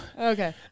Okay